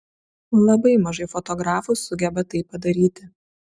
labai mažai fotografų sugeba tai padaryti